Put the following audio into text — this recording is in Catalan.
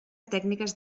tècniques